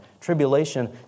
Tribulation